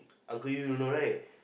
uncle you don't know right